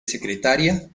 secretaria